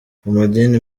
amadini